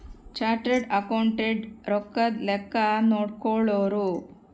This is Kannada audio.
ಚಾರ್ಟರ್ಡ್ ಅಕೌಂಟೆಂಟ್ ರೊಕ್ಕದ್ ಲೆಕ್ಕ ನೋಡ್ಕೊಳೋರು